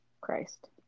Christ